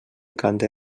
cante